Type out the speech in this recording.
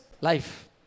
life